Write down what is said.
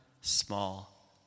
small